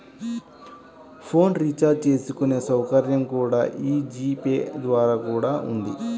phone recharge చేసుకునే సౌకర్యం కూడా యీ జీ పే ద్వారా కూడా ఉంది